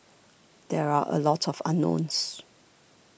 there are a lot of unknowns